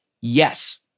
Yes